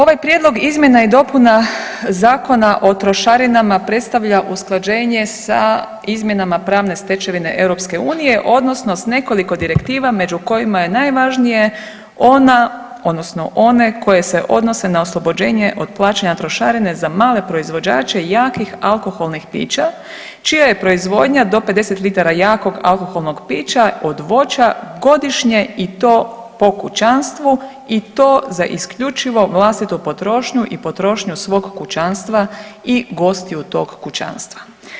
Ovaj Prijedlog izmjena i dopuna Zakona o trošarinama predstavlja usklađenje sa izmjenama pravne stečevine Europske unije odnosno s nekoliko direktiva među kojima je najvažnije ona odnosno one koje se odnose na oslobođenje od plaćanja trošarine za male proizvođače jakih alkoholnih pića čija je proizvodnja do 50 litara jakog alkoholnog pića od voća godišnje i to po kućanstvu i to za isključivo vlastitu potrošnju i potrošnju svog kućanstva i gostiju tog kućanstva.